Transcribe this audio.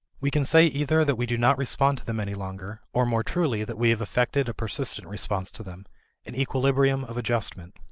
we can say either that we do not respond to them any longer, or more truly that we have effected a persistent response to them an equilibrium of adjustment.